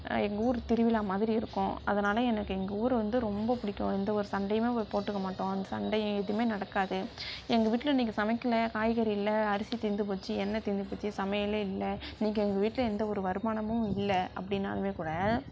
எங்கூர் திருவிழா மாதிரி இருக்கும் அதனால் எனக்கு எங்கள் ஊரை வந்து ரொம்ப பிடிக்கும் எந்த ஒரு சண்டையுமே போட்டுக்க மாட்டோம் அந்த சண்டைங்க எதுவுமே நடக்காது எங்கள் வீட்டில் இன்னக்கு சமைக்கலை காய்கறி இல்லை அரிசி தீர்ந்துபோச்சி எண்ணெய் தீர்ந்து போச்சு சமையலே இல்லை இன்னக்கு எங்கள் வீட்டில் எந்த ஒரு வருமானமும் இல்லை அப்படின்னாலுமே கூட